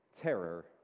terror